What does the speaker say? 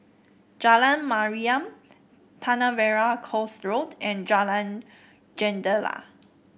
Jalan Mariam Tanah Merah Coast Road and Jalan Jendela